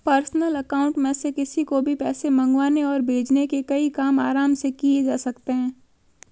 personal account में से किसी को भी पैसे मंगवाने और भेजने के कई काम आराम से किये जा सकते है